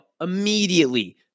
immediately